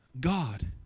God